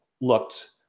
looked